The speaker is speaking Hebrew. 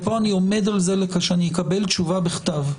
ופה אני עומד על זה שאני אקבל תשובה בכתב,